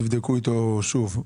תבדקו איתו שוב.